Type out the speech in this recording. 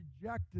rejected